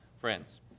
friends